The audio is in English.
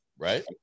right